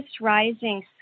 rising